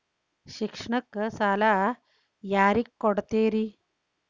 ಶಿಕ್ಷಣಕ್ಕ ಸಾಲ ಯಾರಿಗೆ ಕೊಡ್ತೇರಿ?